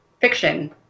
fiction